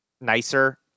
nicer